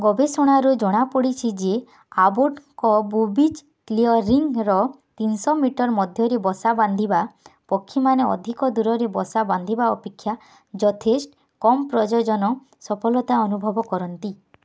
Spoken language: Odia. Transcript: ଗବେଷଣାରୁ ଜଣାପଡ଼ିଛି ଯେ ଆବୋଟଙ୍କ କ୍ଲିୟରିଂର ତିନିଶହ ମିଟର୍ ମଧ୍ୟରେ ବସାବାନ୍ଧି ପକ୍ଷୀମାନେ ଅଧିକ ଦୂରରେ ବସା ବାନ୍ଧିବା ଅପେକ୍ଷା ଯଥେଷ୍ଟ କମ୍ ପ୍ରଜନନ ସଫଳତା ଅନୁଭବ କରନ୍ତି